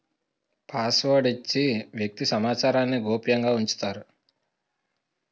password ఇచ్చి వ్యక్తి సమాచారాన్ని గోప్యంగా ఉంచుతారు